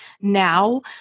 now